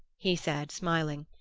he said, smiling.